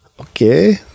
Okay